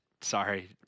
Sorry